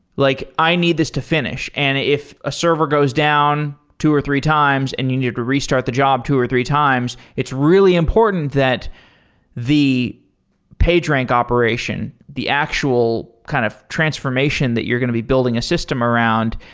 like i need this to finish. and if a server goes down two or three times and you need to restart the job two or three times, it's really important that the pagerank operation, the actual kind of transformation that you're going to be building a system around